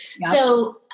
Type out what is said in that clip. So-